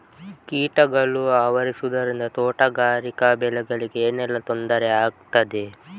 ಕೀಟಗಳು ಆವರಿಸುದರಿಂದ ತೋಟಗಾರಿಕಾ ಬೆಳೆಗಳಿಗೆ ಏನೆಲ್ಲಾ ತೊಂದರೆ ಆಗ್ತದೆ?